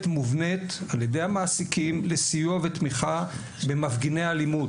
מובנית על ידי המעסיקים לסיוע ותמיכה במפגיני אלימות.